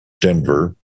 Denver